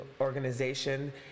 organization